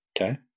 Okay